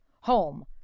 home